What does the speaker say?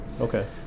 okay